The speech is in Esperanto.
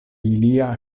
lia